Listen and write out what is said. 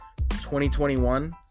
2021